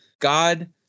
God